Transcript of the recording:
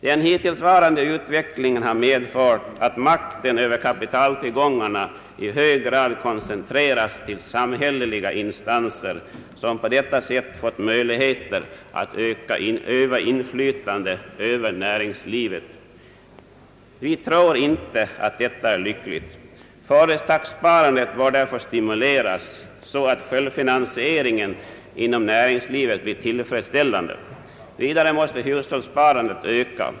Den hittillsvarande utvecklingen har medfört att makten över kapitaltillgångarna i hög grad koncentrerats till samhälleliga instanser, som på detta sätt fått möjlighet att öva inflytande över näringslivet. Vi tror inte att detta är lyckligt. Företagssparandet bör därför stimuleras så att självfinansieringen inom näringslivet blir tillfredsställande. Vidare måste hushållssparandet öka.